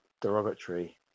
derogatory